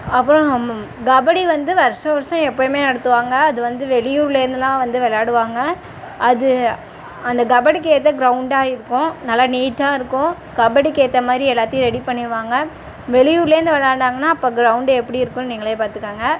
அப்புறம் கபடி வந்து வருஷம் வருஷம் எப்பயுமே நடத்துவாங்க அது வந்து வெளியூர்லேருந்துலாம் வந்து விளையாடுவாங்க அது அந்த கபடிக்கு ஏற்ற கிரவுண்டாக இருக்கும் நல்லா நீட்டாக இருக்கும் கபடிக்கு ஏற்ற மாதிரி எல்லாத்தையும் ரெடி பண்ணிருவாங்க வெளியூர்லேருந்து விளையாண்டாங்கன்னா அப்போது கிரவுண்டு எப்படி இருக்கும்னு நீங்களே பார்த்துக்கோங்க